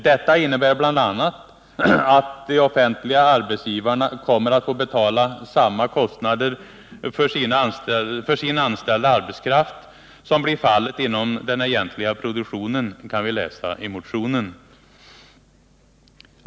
”Detta innebär bl.a. att de offentliga arbetsgivarna kommer att få betala samma kostnader för sin anställda arbetskraft som blir fallet inom den egentliga produktionen”, kan vi läsa i motionen.